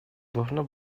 должно